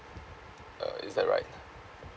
uh is that right